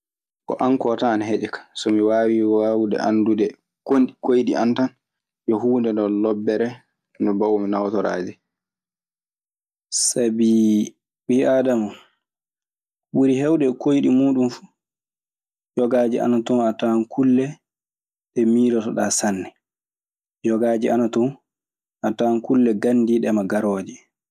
Ko an koo tan ana heƴa kan. so mi waawii waawude anndude koyɗi an tan yo huunde non lobbere nde mbaawmi nawtoraade. Sabi ɓii aadama, ɓuri heewde e koyɗi muuɗun fuu, yogaaji ana ton a tawan kulle ɗe miilotoɗaa sanne. Yogaaji ana ton, a tawan kulle gandiiɗe ma garooje. yogaaji ana ton du, a tawan ɗoyɗi maa tekki tan, aɗe hoyɗa. Ɗii koyɗi e hono muuɗun.